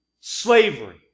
slavery